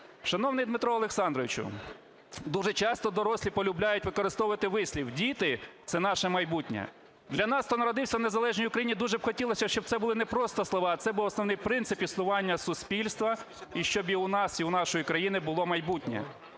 Шановний Дмитро Олександровичу, дуже часто дорослі полюбляють використовувати вислів: "Діти – це наше майбутнє". Для нас, хто народився в незалежній Україні дуже б хотілося, щоб це були не просто слова, а це був основний принцип існування суспільства, і щоб і у нас, і у нашої країни було майбутнє.